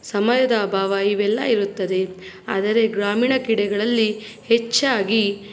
ಸಮಯದ ಅಭಾವ ಇವೆಲ್ಲ ಇರುತ್ತದೆ ಆದರೆ ಗ್ರಾಮೀಣ ಕ್ರೀಡೆಗಳಲ್ಲಿ ಹೆಚ್ಚಾಗಿ